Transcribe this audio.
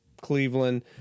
cleveland